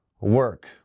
work